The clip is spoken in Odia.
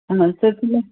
ହଁ ସେ ପିଲା